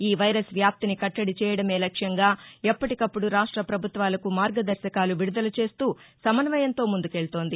ఈ వైరస్ వ్యాప్తిని కట్లడి చేయడమే లక్ష్యంగా ఎప్పటికప్పుడు రాష్ట పభుత్వాలకు మార్గదర్శకాలు విడుదల చేస్తూ సమన్వయంతో ముందుకెళ్తోంది